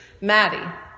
Maddie